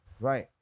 Right